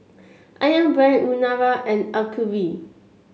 ayam Brand Urana and Acuvue